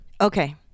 Okay